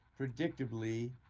predictably